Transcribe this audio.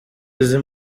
izi